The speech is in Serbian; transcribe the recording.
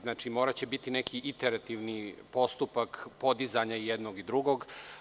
Znači, moraće biti neki iterativni postupak podizanja jednog i drugog.